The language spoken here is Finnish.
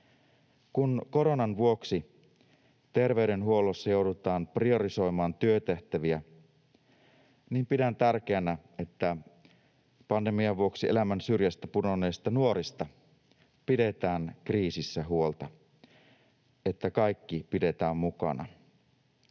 Kun koronan vuoksi terveydenhuollossa joudutaan priorisoimaan työtehtäviä, niin pidän tärkeänä, että pandemian vuoksi elämän syrjästä pudonneista nuorista pidetään kriisissä huolta ja kaikki pidetään mukana.